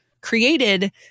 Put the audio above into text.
created